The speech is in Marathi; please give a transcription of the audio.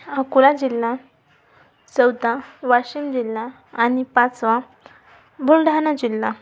अकोला जिल्हा चौथा वाशिम जिल्हा आणि पाचवा बुलढाणा जिल्हा